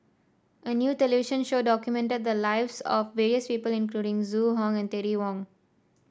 a new television show documented the lives of various people including Zhu Hong and Terry Wong